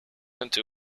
into